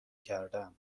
کردم